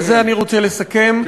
ובזה אני רוצה לסכם,